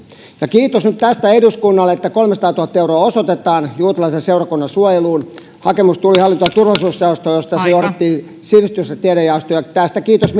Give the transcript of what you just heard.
kiitos nyt tästä eduskunnalle että kolmesataatuhatta euroa osoitetaan juutalaisen seurakunnan suojeluun hakemus tuli hallinto ja turvallisuusjaostoon josta se ohjattiin sivistys ja tiedejaostoon ja tästä kiitos